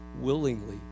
willingly